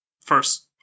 first